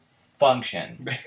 function